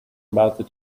about